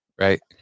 Right